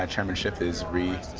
ah chairman schiff is